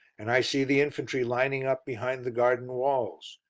and i see the infantry lining up behind the garden walls.